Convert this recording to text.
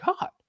god